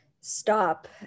stop